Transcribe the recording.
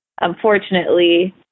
Unfortunately